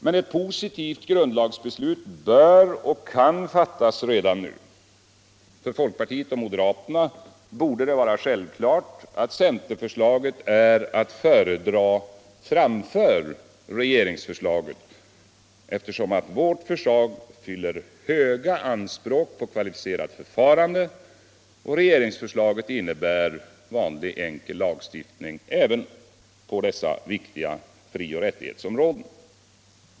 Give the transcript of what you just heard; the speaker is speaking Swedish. Men ett positivt grundlagsbeslut bör och kan fattas redan nu. För folkpartiet och moderaterna borde det vara självklart att centerförslaget är att föredra framför regeringsförslaget, eftersom vårt förslag fyller höga anspråk på ett kvalificerat förfarande och regeringsförslaget innebär vanlig enkel lagstiftning även i fråga om dessa viktiga frioch rättigheter.